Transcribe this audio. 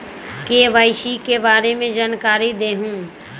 KYC के बारे में जानकारी दहु?